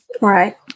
right